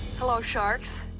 hello, sharks.